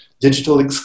digital